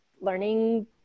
learning